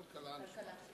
כלכלה.